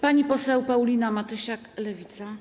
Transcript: Pani poseł Paulina Matysiak, Lewica.